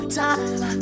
time